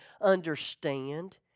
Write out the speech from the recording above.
understand